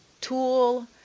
tool